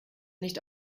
nicht